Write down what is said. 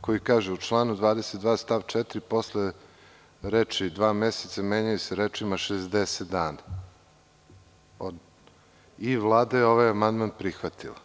koji kaže – u članu 22. stav 4. posle reči „dva meseca“ menjaju se rečima „60 dana“ i Vlada je ovaj amandman prihvatila.